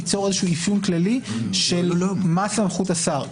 ליצור איזשהו אפיון כללי של מה סמכות השר,